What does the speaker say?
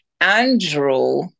Andrew